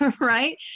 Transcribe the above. right